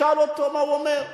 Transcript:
תשאל אותו מה הוא אומר,